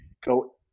go